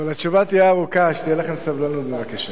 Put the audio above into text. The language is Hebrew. התשובה תהיה ארוכה, שתהיה לכם סבלנות בבקשה.